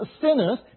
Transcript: sinners